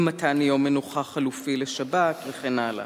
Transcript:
אי-מתן יום מנוחה חלופי לשבת וכן הלאה.